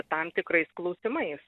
tam tikrais klausimais